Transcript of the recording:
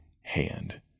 hand